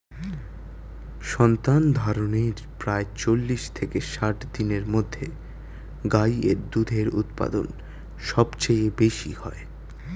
সন্তানধারণের প্রায় চল্লিশ থেকে ষাট দিনের মধ্যে গাই এর দুধের উৎপাদন সবচেয়ে বেশী হয়